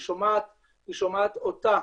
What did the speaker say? היא שומעת אותה